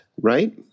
right